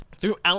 throughout